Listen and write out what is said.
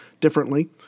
differently